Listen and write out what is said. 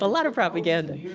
ah lot of propaganda.